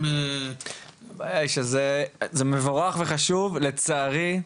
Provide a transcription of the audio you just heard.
הבעיה היא שזה, זה מבורך וחשוב, לצערי,